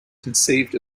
conceived